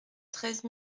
treize